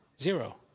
Zero